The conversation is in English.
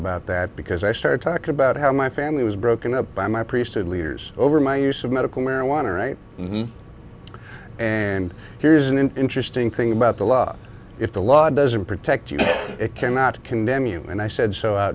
about that because i started talking about how my family was broken up by my priesthood leaders over my use of medical marijuana right and here's an interesting thing about the law if the law doesn't protect you it cannot condemn you and i said so out